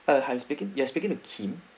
uh hi speaking yes you're speaking to kim